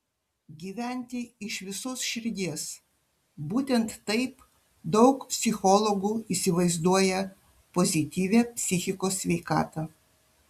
gyventi iš visos širdies būtent taip daug psichologų įsivaizduoja pozityvią psichikos sveikatą